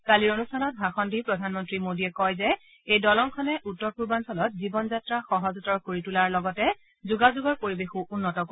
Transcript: কালিৰ অনুষ্ঠানত ভাষণ দি প্ৰধানমন্ত্ৰী মোদীয়ে কয় যে এই দলঙখনে উত্তৰ পূৰ্বাঞ্চলত জীৱনযাত্ৰা সহজতৰ কৰি তোলাৰ লগতে যোগোযোগৰ পৰিৱেশো উন্নত কৰিব